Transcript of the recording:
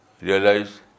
realize